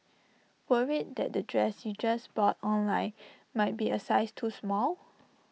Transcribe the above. worried that the dress you just bought online might be A size too small